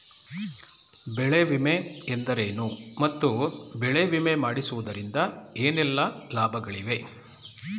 ಬೆಳೆ ವಿಮೆ ಎಂದರೇನು ಮತ್ತು ಬೆಳೆ ವಿಮೆ ಮಾಡಿಸುವುದರಿಂದ ಏನೆಲ್ಲಾ ಲಾಭಗಳಿವೆ?